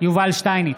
יובל שטייניץ,